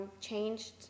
changed